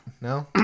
no